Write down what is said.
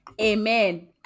Amen